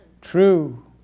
true